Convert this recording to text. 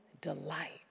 delight